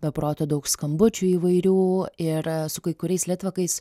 be proto daug skambučių įvairių ir su kai kuriais litvakais